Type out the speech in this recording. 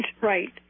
right